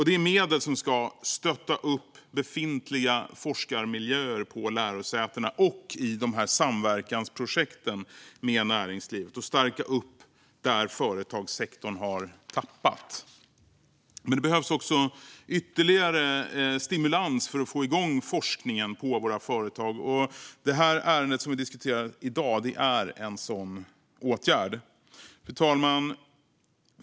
Det är medel som ska stötta upp befintliga forskarmiljöer på lärosätena och i samverkansprojekt med näringslivet och stärka upp där företagssektorn har tappat. Men det behövs ytterligare stimulansåtgärder för att få igång forskningen på våra företag, och det ärende som vi debatterar i dag är en sådan åtgärd. Fru talman!